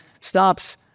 stops